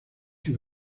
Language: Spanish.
que